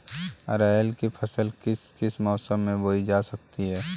अरहर की फसल किस किस मौसम में बोई जा सकती है?